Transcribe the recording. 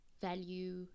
value